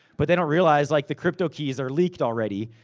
but they don't realize, like, the cryptokeys are leaked already.